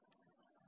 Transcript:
FAB A